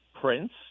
Prince